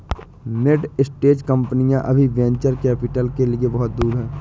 mid stage कंपनियां अभी venture capital के लिए बहुत दूर हैं